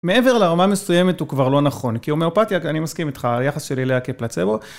מעבר לרמה מסוימת הוא כבר לא נכון, כי הומאופתיה, אני מסכים איתך, היחס שלי אליה כפלצבו.